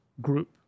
group